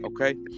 okay